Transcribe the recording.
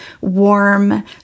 warm